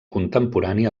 contemporani